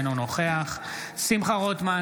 אינו נוכח שמחה רוטמן,